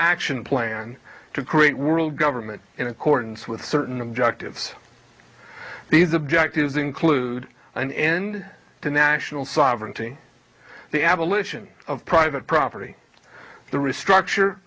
action plan to create world government in accordance with certain objectives these objectives include an end to national sovereignty the abolition of private property the restructure